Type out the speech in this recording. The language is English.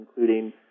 including